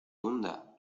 hunda